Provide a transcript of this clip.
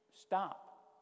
stop